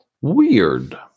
Weird